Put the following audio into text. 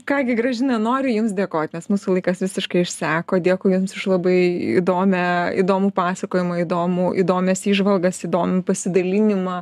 ką gi gražina noriu jums dėkot nes mūsų laikas visiškai išseko dėkui jums aš labai įdomią įdomų pasakojimą įdomų įdomias įžvalgas įdomų pasidalinimą